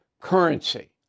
currency